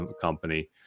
company